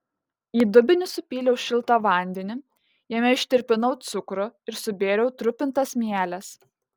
į dubenį supyliau šiltą vandenį jame ištirpinau cukrų ir subėriau trupintas mieles